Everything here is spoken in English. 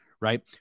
right